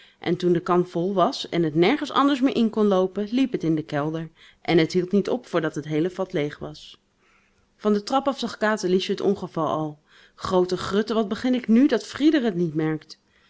en toen de kan vol was en het nergens anders meer in kon loopen liep het in de kelder en t hield niet op voordat het heele vat leeg was van de trap af zag katerliesje het ongeval al groote grutten wat begin ik nu dat frieder het niet merkt